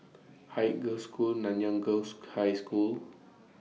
Haig Girls' School Nanyang Girls' High School